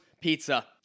Pizza